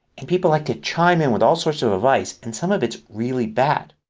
and people like to chime in with all sorts of advice and some of it's really bad.